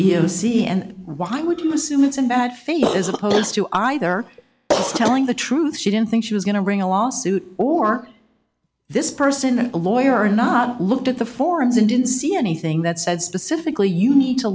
c and why would you assume it's in bad faith as opposed to either telling the truth she didn't think she was going to bring a lawsuit or this person a lawyer or not looked at the forms and didn't see anything that said specifically you need to